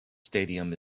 stadium